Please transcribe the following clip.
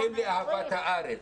מחנכים לאהבת הארץ,